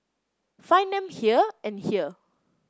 find them here and here